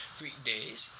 weekdays